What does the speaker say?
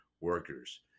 workers